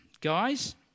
Guys